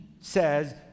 says